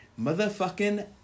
motherfucking